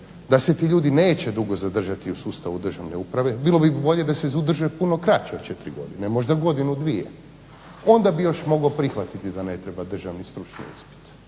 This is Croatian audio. da se ti ljudi neće dugo zadržati u sustavu državne uprave bilo bi bolje da se zadrže puno kraće od 4 godine. možda godinu dvije, onda bih još mogao prihvatiti da ne treba državni stručni ispit.